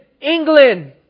England